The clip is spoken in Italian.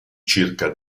circa